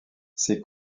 ses